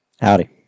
Howdy